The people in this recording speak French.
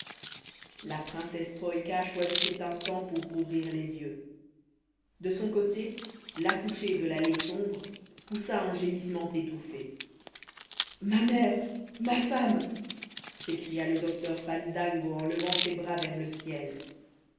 la princesse troïka choisit cet instant pour rouvrir les yeux de son côté l'accouchée de l'allée sombre poussa un gémissement étouffé ma mère ma femme s'écria le docteur fandango en levant ses deux bras vers le ciel